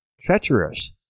treacherous